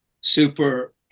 super